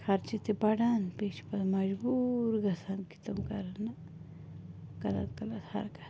خرچہٕ تہِ بڑان بیٚیہِ چھِ پتہٕ مجبوٗر گَژھان کہِ تِم کَرن نہٕ غلط غلط حرکت